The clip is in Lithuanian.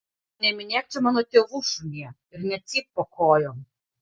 neminėk čia mano tėvų šunie ir necypk po kojom